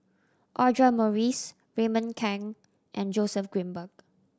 Audra Morrice Raymond Kang and Joseph Grimberg